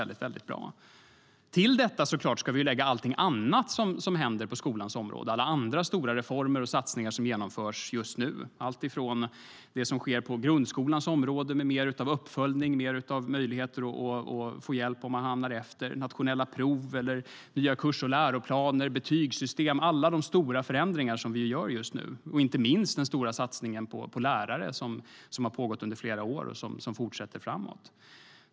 Till detta ska vi lägga allt annat som händer på skolans område, alla andra stora reformer och satsningar som görs just nu. Vi har det som sker på grundskolans område med mer av uppföljning, mer möjlighet att få hjälp om man hamnar efter, nationella prov, nya kurs och läroplaner och betygssystem. Det görs många stora förändringar just nu. Vi har inte minst den stora satsningen på lärare som har pågått i flera år och som fortsätter.